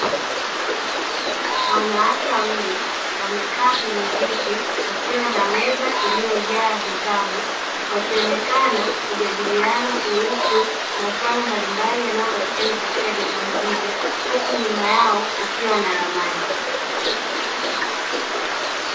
Wanawake wawili wamekaa kwenye viti wakiwa na meza iliyojaa vitabu wakionekana kujadiliana kuhusu masuala mbalimbali yanayopatikana katika vitabu hivyo huku nyuma yao kukiwa na ramani.